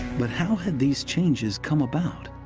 but how had these changes come about?